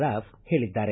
ರಾವ್ ಹೇಳಿದ್ದಾರೆ